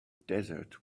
desert